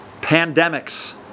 pandemics